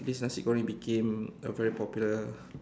this nasi goreng became a very popular